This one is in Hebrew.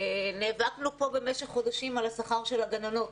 נאבקנו פה במשך חודשים על שכר הגננות.